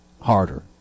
harder